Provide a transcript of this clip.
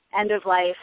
end-of-life